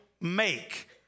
make